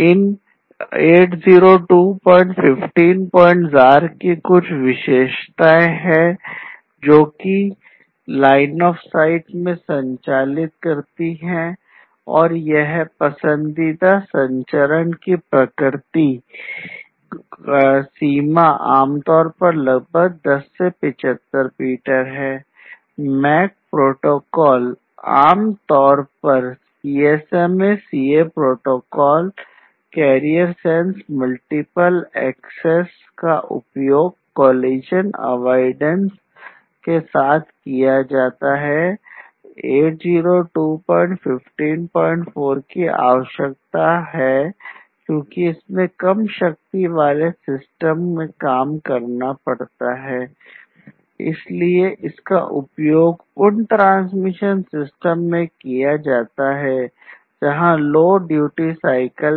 इन 802154 की कुछ विशेषताएं